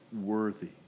worthy